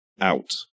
out